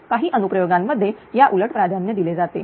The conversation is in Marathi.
काही अनु प्रयोगांमध्ये याउलट प्राधान्य दिले जाते